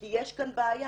כי יש כאן בעיה